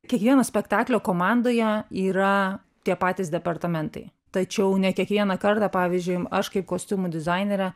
kiekvieno spektaklio komandoje yra tie patys departamentai tačiau ne kiekvieną kartą pavyzdžiui aš kaip kostiumų dizainerė